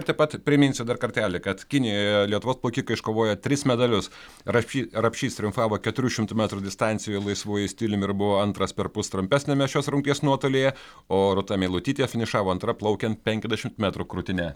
taip pat priminsiu dar kartelį kad kinijoje lietuvos plaukikai iškovojo tris medalius rapšy rapšys triumfavo keturių šimtų metrų distancijoje laisvuoju stiliumi ir buvo antras perpus trumpesniame šios rungties nuotolyje o rūta meilutytė finišavo antra plaukiant penkiasdešim metrų krūtine